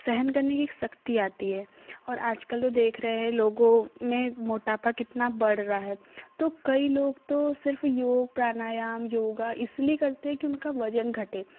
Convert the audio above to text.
सहन करने की एक शक्ति आती है और आज कल देख रहे हैं लोगों में मोटापा कितना बढ़ रहा है तो कई लोग तो सिर्फ़ योग प्राणायाम योगा इसलिए करते हैं की उनका वज़न घटे